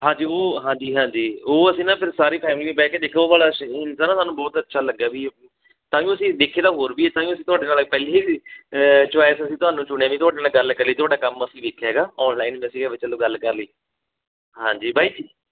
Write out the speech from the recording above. ਹਾਂਜੀ ਉਹ ਹਾਂਜੀ ਹਾਂਜੀ ਉਹ ਅਸੀਂ ਨਾ ਫਿਰ ਸਾਰੀ ਫੈਮਿਲੀ ਬਹਿ ਕੇ ਦੇਖਿਆ ਉਹ ਵਾਲਾ ਦਾ ਨਾ ਸਾਨੂੰ ਬਹੁਤ ਅੱਛਾ ਲੱਗਾ ਵੀ ਤਾਂਹੀਓ ਅਸੀਂ ਦੇਖੇ ਤਾਂ ਹੋਰ ਵੀ ਆ ਤਾਂਈਓ ਅਸੀਂ ਤੁਹਾਡੇ ਨਾਲ ਪਹਿਲੇ ਹੀ ਚੋਆਇਸ ਅਸੀਂ ਤੁਹਾਨੂੰ ਚੁਣਿਆ ਵੀ ਤੁਹਾਡੇ ਨਾਲ ਗੱਲ ਕਰੀ ਤੁਹਾਡਾ ਕੰਮ ਅਸੀਂ ਵੇਖਿਆ ਹੈਗਾ ਆਨਲਾਈਨ ਅਸੀਂ ਕਿਹਾ ਵੀ ਚਲੋ ਗੱਲ ਕਰ ਲਈਏ ਹਾਂਜੀ ਬਾਈ